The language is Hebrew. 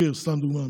סתם דוגמה,